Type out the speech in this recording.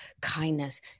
kindness